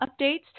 updates